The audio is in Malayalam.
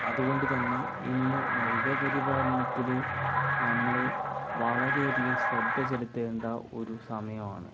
അതുകൊണ്ട് തന്നെ ഇന്ന് മൃഗ പരിപാലനത്തില് നമ്മള് വളരെയധികം ശ്രദ്ധ ചെലുത്തേണ്ട ഒരു സമയം ആണ്